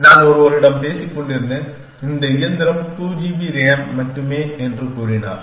நான் ஒருவரிடம் பேசிக் கொண்டிருந்தேன் இந்த இயந்திரம் 2 ஜிபி ரேம் மட்டுமே என்று கூறினார்